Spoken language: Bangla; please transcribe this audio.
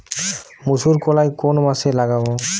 মুসুরকলাই কোন মাসে লাগাব?